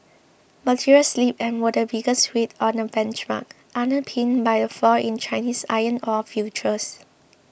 materials slipped and were the biggest weight on the benchmark underpinned by a fall in Chinese iron ore futures